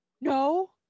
No